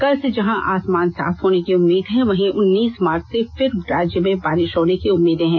कल से जहां आसमान साफ होने की उम्मीद है वही उन्नीस मार्च से फिर राज्य में बारिष होने की उम्मीदें हैं